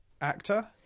actor